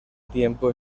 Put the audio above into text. tiempo